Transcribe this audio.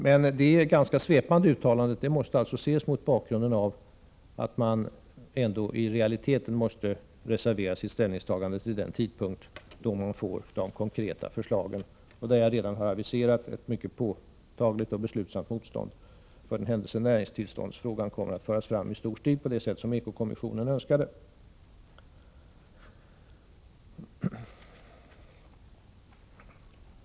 Det är ett ganska svepande uttalande, som måste ses mot bakgrunden av att man ändå i realiteten måste reservera sitt ställningstagande till den tidpunkt då man får de konkreta förslagen, där jag redan har aviserat ett mycket påtagligt och beslutsamt motstånd, för den händelse näringstillståndsfrågan kommer att föras fram i stor stil på det sätt som eko-kommissionen önskade.